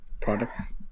products